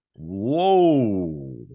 whoa